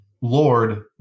Lord